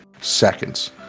seconds